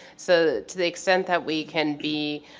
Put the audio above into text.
so to the extent that we can be